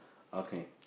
okay